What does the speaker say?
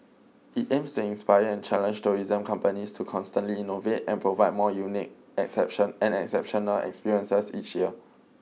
it aims to inspire and challenge tourism companies to constantly innovate and provide more unique exception and exceptional experiences each year